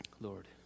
Lord